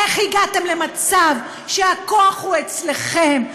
איך הגעתם למצב שהכוח הוא אצלכם?